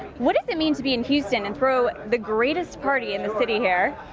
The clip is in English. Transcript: what does it mean to be in houston and throw the greatest party in the city here?